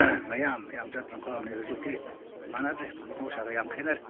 ꯃꯌꯥꯝ ꯃꯌꯥꯝ ꯆꯠꯇꯅ ꯈꯥꯎꯔꯝꯕꯅꯤ ꯍꯧꯖꯤꯛꯇꯤ ꯃꯥꯟꯅꯗ꯭ꯔꯦ ꯃꯍꯧꯁꯥꯒ ꯌꯥꯝ ꯈꯦꯠꯅꯔꯦ